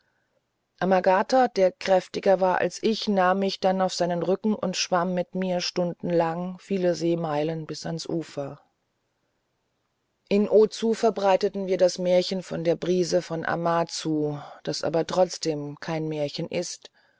amagata der kräftiger war als ich nahm mich dann auf seinen rücken und schwamm mit mir stundenlang viele seemeilen bis ans ufer in ozu verbreiteten wir das märchen von der brise von amazu das aber trotzdem kein märchen ist